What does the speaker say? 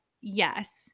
yes